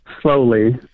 slowly